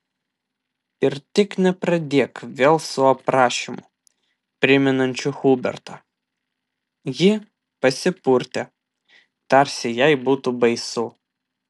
ir tik nepradėk vėl su aprašymu primenančiu hubertą ji pasipurtė tarsi jai būtų baisu